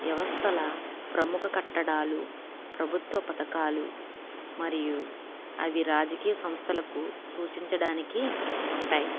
వ్యవస్థల ప్రముఖ కట్టడాలు ప్రభుత్వ పథకాలు మరియు అవి రాజకీయ సంస్థలకు సూచించడానికి ఉంటాయి